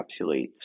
encapsulates